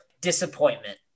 disappointment